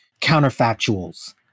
counterfactuals